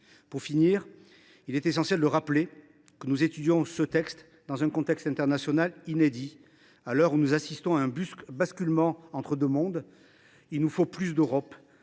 Pour conclure, il est essentiel de rappeler que nous étudions ce texte dans un contexte international inédit. À l’heure où nous assistons à un « basculement entre deux mondes », il nous faut plus d’Europe.